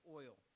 oil